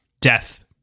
death